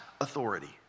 authority